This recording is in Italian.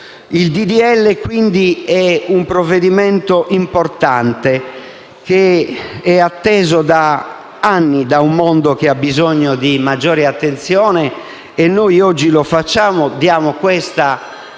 è quindi un provvedimento importante, atteso da anni da un mondo che ha bisogno di maggiore attenzione. Noi oggi lo facciamo, dando a quel mondo l'attenzione